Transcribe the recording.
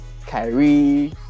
Kyrie